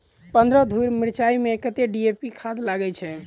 पन्द्रह धूर मिर्चाई मे कत्ते डी.ए.पी खाद लगय छै?